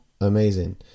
amazing